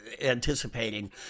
anticipating